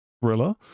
Thriller